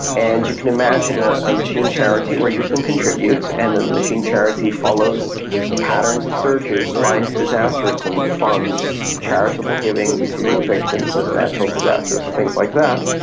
and you can imagine a ah machine charity where you can contribute and then the machine charity follows patterns of searches, finds disasters and funds charitable giving to victims of natural disasters and things like that,